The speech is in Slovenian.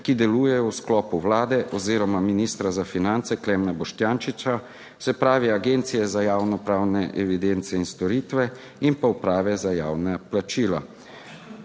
ki delujejo v sklopu Vlade oziroma ministra za finance, Klemna Boštjančiča, se pravi Agencije za javno pravne evidence in storitve in pa Uprave za javna plačila.